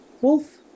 wolf